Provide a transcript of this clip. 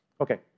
Okay